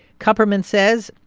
kupperman says,